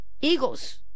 Eagles